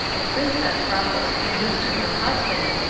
the princess brought this good news to her husband,